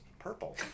purple